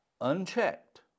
unchecked